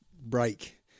break